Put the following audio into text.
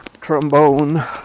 trombone